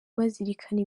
bazirikana